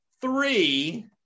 three